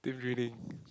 team building